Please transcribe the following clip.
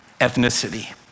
ethnicity